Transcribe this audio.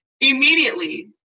Immediately